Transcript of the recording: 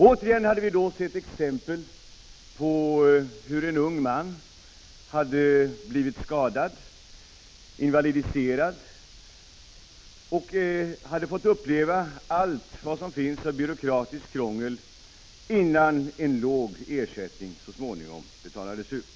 Återigen hade vi då sett exempel på hur en ung man hade blivit skadad, ja, invalidiserad, och sedan hade fått uppleva allt som finns av byråkratiskt krångel innan en låg ersättning så småningom betalades ut.